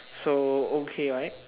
so okay right